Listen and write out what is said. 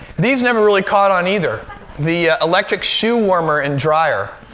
these never really caught on either the electric shoe warmer and drier.